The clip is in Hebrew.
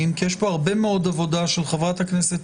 כי יש פה הרבה מאוד עבודה של חברת הכנסת